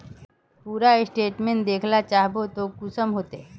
पूरा स्टेटमेंट देखला चाहबे तो कुंसम होते?